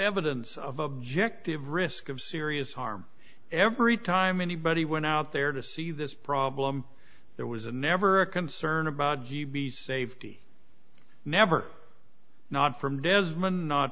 evidence of objective risk of serious harm every time anybody went out there to see this problem there was never a concern about g b safety never not from desmond not